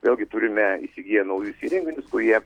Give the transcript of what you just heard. vėlgi turime įsigiję naujus įrenginius kurie